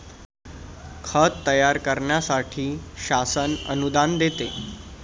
खत तयार करण्यासाठी शासन अनुदान देते